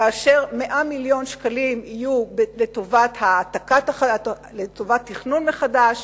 כאשר 100 מיליון שקלים יהיו לטובת תכנון מחדש